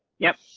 yep.